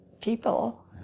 people